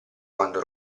quando